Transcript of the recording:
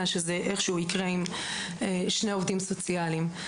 שזה איכשהו יקרה עם שני עובדים סוציאליים.